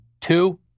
two